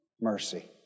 mercy